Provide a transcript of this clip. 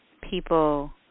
people